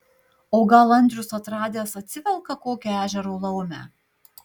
o gal andrius atradęs atsivelka kokią ežero laumę